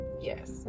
yes